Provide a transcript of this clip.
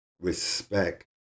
respect